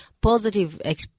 positive